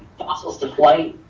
fossils to flight,